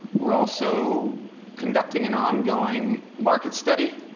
we're also conducting an ongoing market study,